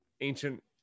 ancient